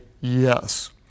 yes